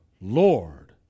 Lord